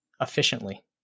efficiently